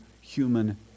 human